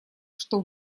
что